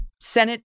Senate